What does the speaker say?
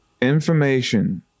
information